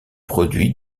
produits